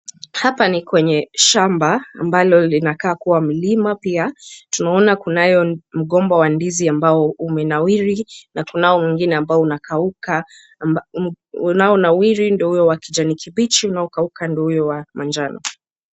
Hapa ni kwenye shamba ambalo linakaa kuwa mlima pia tunaona kunayo mgomba wa ndizi ambao umenawiri na kunao mwingine ambao unakauka. Unaonawiri ndiyo huo wa kijani kibichi unaokauka ndiyo huo wa manjano.